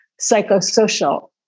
psychosocial